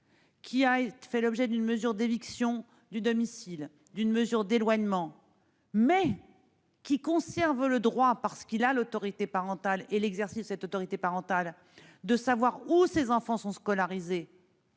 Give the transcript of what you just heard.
qui a fait l'objet d'une mesure d'éviction du domicile et d'une mesure d'éloignement, mais qui conserve le droit, parce qu'il a et exerce l'autorité parentale, de savoir où ses enfants sont scolarisés,